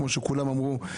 כמו שכולם אמרו,